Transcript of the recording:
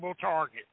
target